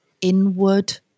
inward